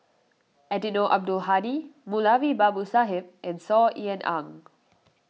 Eddino Abdul Hadi Moulavi Babu Sahib and Saw Ean Ang